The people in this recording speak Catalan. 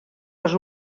les